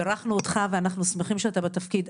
בירכנו אותך ואנחנו שמחים שאתה בתפקיד,